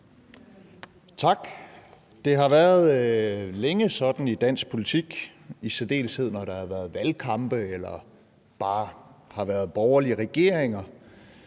Tak. Det har længe været sådan i dansk politik, i særdeleshed når der har været valgkampe eller bare har været borgerlige regeringer,